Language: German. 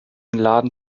laden